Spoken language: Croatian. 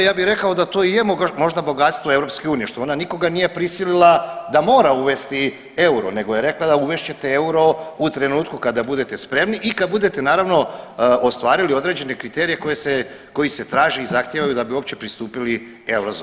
Ja bi rekao da to i je možda bogatstvo EU što ona nikoga nije prisilila da mora uvesti euro nego je rekla uvest ćete euro u trenutku kada budete spremni i kada budete naravno ostvarili određene kriterije koji se traže i zahtijevaju da bi uopće pristupili eurozoni.